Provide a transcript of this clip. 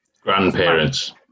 grandparents